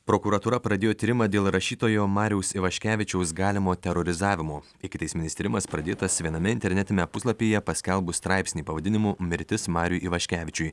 prokuratūra pradėjo tyrimą dėl rašytojo mariaus ivaškevičiaus galimo terorizavimo ikiteisminis tyrimas pradėtas viename internetiniame puslapyje paskelbus straipsnį pavadinimu mirtis mariui ivaškevičiui